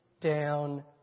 down